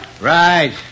Right